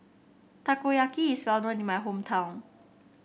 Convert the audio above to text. Takoyaki is well known in my hometown